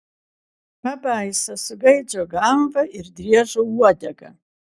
pabaisa su gaidžio galva ir driežo uodega